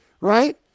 right